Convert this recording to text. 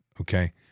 okay